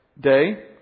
day